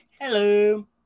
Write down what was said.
hello